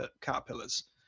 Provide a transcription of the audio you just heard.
caterpillars